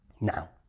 Now